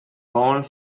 born